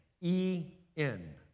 E-N